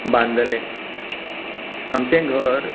बांदिल्लें आमचें घर